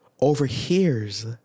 overhears